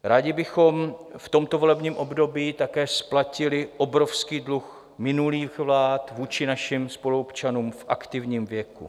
Rádi bychom v tomto volebním období také splatili obrovský dluh minulých vlád vůči našim spoluobčanům v aktivním věku.